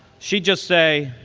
she'd just say,